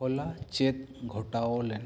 ᱦᱚᱞᱟ ᱪᱮᱫ ᱜᱷᱚᱴᱟᱣ ᱞᱮᱱᱟ